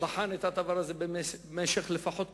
בחן את הדבר הזה במשך לפחות כשנתיים,